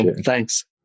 Thanks